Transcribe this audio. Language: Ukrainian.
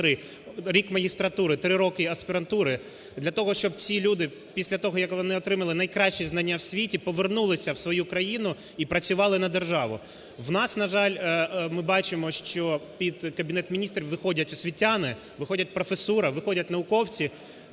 рік магістратури, три роки аспірантури, для того, щоб ці люди після того, як вони отримали найкращі знання в світі, повернулися в свою країну і працювали на державу. У нас, на жаль, ми бачимо, що під Кабінет Міністрів виходять освітяни, виходить професура, виходять науковці